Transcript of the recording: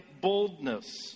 boldness